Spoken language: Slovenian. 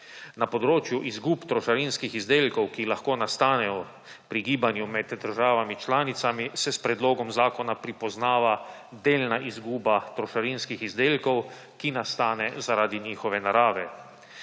Na področju izgub trošarinskih izdelkov, ki lahko nastanejo pri gibanju med državami članicami, se s predlogom zakona pripoznava delna izguba trošarinskih izdelkov, ki nastane zaradi njihove narave.